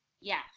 Yes